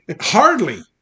Hardly